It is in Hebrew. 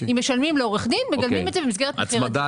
כך אם משלמים לעורך דין מגלמים את זה במסגרת מחיר הדירה.